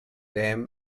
them